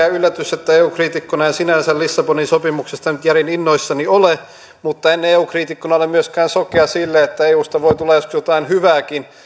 yllätys että eu kriitikkona en sinänsä lissabonin sopimuksesta nyt järin innoissani ole mutta en eu kriitikkona ole myöskään sokea sille että eusta voi tulla joskus jotain hyvääkin